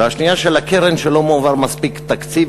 והשנייה של הקרן שלא מועבר מספיק תקציב,